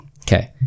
Okay